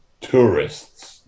tourists